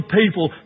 people